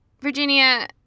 Virginia